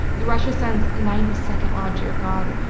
the russia sends ninety second, oh, dear god.